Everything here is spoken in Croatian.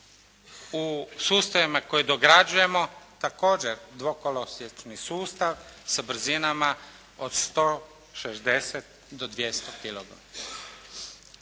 U sustavima koje dograđujemo također dvokolosječni sustav sa brzinama od 160 do 200 km.